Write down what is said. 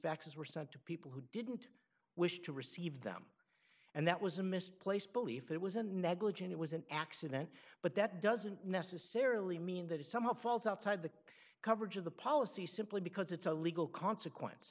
faxes were sent to people who didn't wish to receive them and that was a misplaced belief it was a negligent it was an accident but that doesn't necessarily mean that if someone falls outside the coverage of the policy simply because it's a legal consequence